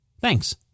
Thanks